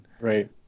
Right